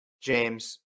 James